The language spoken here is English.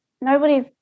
nobody's